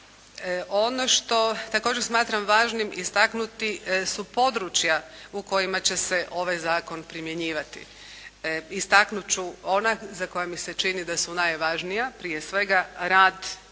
Ono što također smatram važnim istaknuti su područja u kojima će se ovaj zakon primjenjivati. Istaknuti ću ona za koja mi se čini da su najvažnija, prije svega rad i